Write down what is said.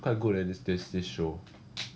quite good leh this this this show